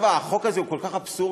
החוק הזה הוא כל כך אבסורדי,